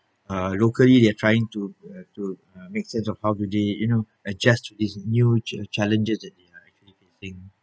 uh locally they're trying uh to uh make sense of how do they you know adjust to this new ch~ challenges that they are actually facing